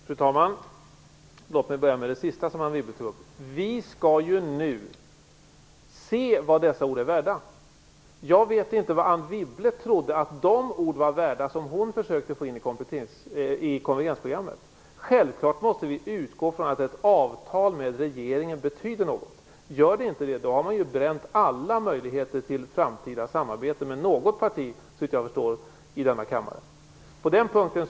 Fru talman! Låt mig börja med att kommentera det sista som Anne Wibble tog upp. Vi skall ju nu se vad dessa ord är värda. Jag vet inte vad Anne Wibble trodde att de ord var värda som hon själv försökte få in i konvergensprogrammet. Självfallet måste vi utgå från att ett avtal med regeringen betyder något. Gör det inte det har regeringen bränt alla möjligheter till framtida samarbete med något parti i denna kammare, såvitt jag förstår.